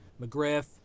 McGriff